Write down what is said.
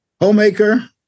homemaker